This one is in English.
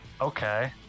okay